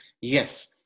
Yes